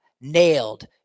nailed